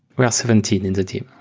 we are seventeen in the team.